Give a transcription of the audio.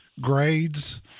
grades